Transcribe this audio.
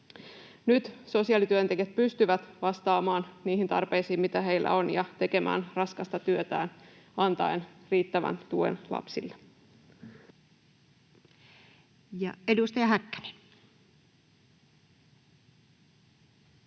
Nyt sosiaalityöntekijät pystyvät vastaamaan niihin tarpeisiin, mitä heillä on, ja tekemään raskasta työtään antaen riittävän tuen lapsille. [Speech